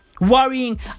Worrying